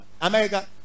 America